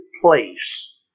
place